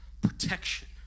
protection